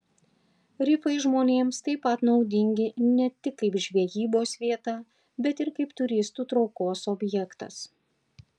rifai žmonėms taip pat naudingi ne tik kaip žvejybos vieta bet ir kaip turistų traukos objektas